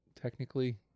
Technically